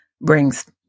brings